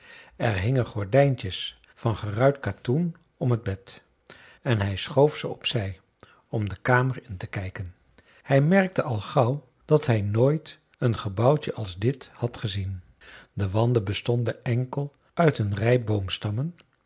er hingen gordijntjes van geruit katoen om het bed en hij schoof ze op zij om de kamer in te kijken hij merkte al gauw dat hij nooit een gebouwtje als dit had gezien de wanden bestonden enkel uit een rij boomstammen